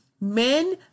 men